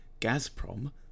Gazprom